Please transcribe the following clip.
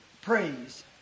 praise